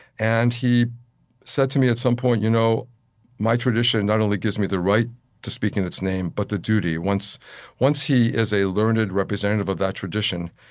and he said to me, at some point you know my tradition not only gives me the right to speak in its name, but the duty. once once he is a learned representative of that tradition,